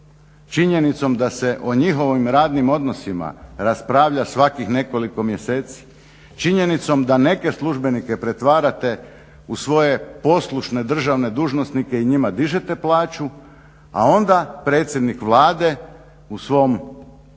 činjenicom da se o njihovim radnim odnosima raspravlja svakih nekoliko mjeseci, činjenicom da neke službenike pretvarate u svoje poslušne državne dužnosnike i njima dižete plaću, a onda predsjednik Vlade u svom